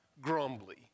grumbly